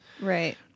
right